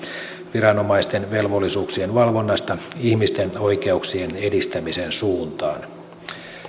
viranomaisten velvollisuuksien valvonnasta ihmisten oikeuksien edistämisen suuntaan